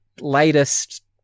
latest